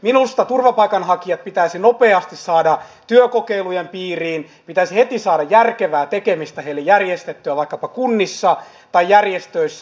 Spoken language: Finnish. minusta turvapaikanhakijat pitäisi nopeasti saada työkokeilujen piiriin pitäisi heti saada järkevää tekemistä heille järjestettyä vaikkapa kunnissa tai järjestöissä